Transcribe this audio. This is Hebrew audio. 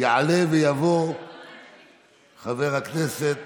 יעלה ויבוא חבר הכנסת